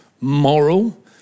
moral